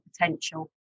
potential